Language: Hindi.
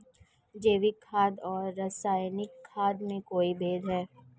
जैविक खाद और रासायनिक खाद में कोई भेद है?